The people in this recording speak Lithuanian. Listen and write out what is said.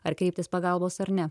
ar kreiptis pagalbos ar ne